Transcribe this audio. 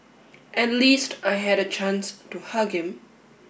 at least I had a chance to hug him